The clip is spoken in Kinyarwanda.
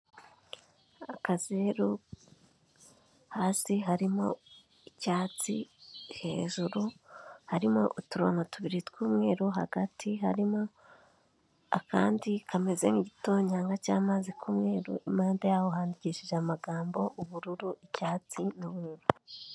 Akazeru hasi harimo icyatsi, hejuru harimo uturongo tubiri tw'umweru, hagati harimo akandi kameze nk'igitonyanga cy'amazi k'umweru, impande yaho handikishije amagambo ubururu, icyatsi n'ubururu.